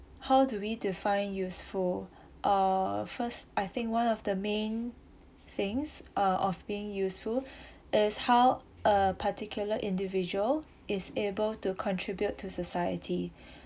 how do we define useful uh first I think one of the main things uh of being useful as how a particular individual is able to contribute to society